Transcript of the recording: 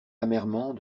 amèrement